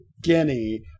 guinea